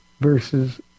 verses